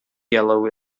yellow